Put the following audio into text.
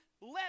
let